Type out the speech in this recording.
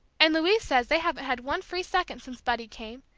and louise says they haven't had one free second since buddy came.